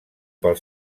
pel